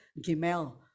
gimel